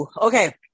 Okay